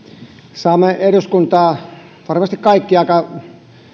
saamme eduskuntaan varmasti kaikki aika